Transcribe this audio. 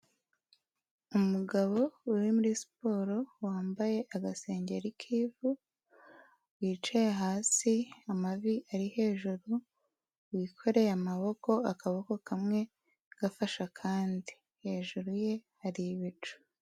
Umugabo uri muri siporo wambaye agasengeri k'ivu wicaye hasi amavi ari hejuru wikoreye amaboko akaboko kamwe gafashe kandi hejuru ye hari ibicu.